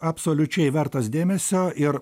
absoliučiai vertas dėmesio ir